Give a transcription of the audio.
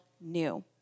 new